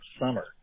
Summer